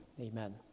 Amen